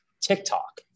tiktok